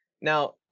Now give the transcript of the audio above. Now